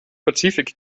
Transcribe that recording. pazifik